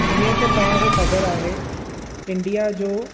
जींअ त तव्हांखे ख़बरु आहे इंडिया जो